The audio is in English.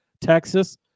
Texas